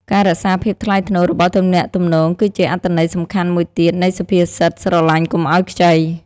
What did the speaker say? ការរក្សាភាពថ្លៃថ្នូររបស់ទំនាក់ទំនងគឺជាអត្ថន័យសំខាន់មួយទៀតនៃសុភាសិត "ស្រឡាញ់កុំឲ្យខ្ចី"។